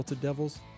Devils